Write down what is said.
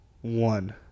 One